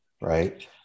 right